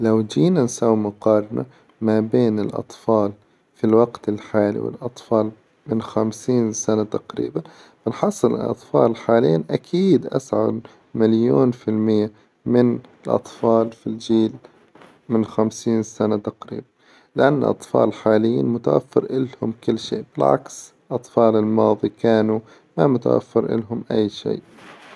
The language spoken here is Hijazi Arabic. لو جينا نسوي مقارنة ما بين الأطفال في الوقت الحالي والأطفال من خمسين سنة تقريبا، بنحصل الأطفال الحالين أكيد أسعد مليون في المية من الأطفال في الجيل من خمسين سنة تقريبا، لأن الأطفال الحاليين متوفر إلهم كل شي، بالعكس أطفال الماظي كانوا ما متوفر إلهم أي شي.